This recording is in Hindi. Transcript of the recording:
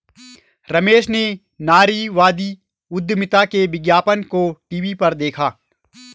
रमेश ने नारीवादी उधमिता के विज्ञापन को टीवी पर देखा